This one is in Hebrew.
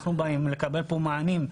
אנחנו באים לקבל כאן מענים.